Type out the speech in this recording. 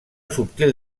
subtil